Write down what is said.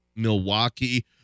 Milwaukee